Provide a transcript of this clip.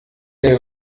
der